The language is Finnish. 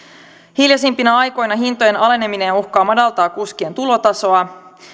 hiljaisimpina aikoina hintojen aleneminen uhkaa madaltaa kuskien tulotasoa